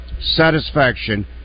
satisfaction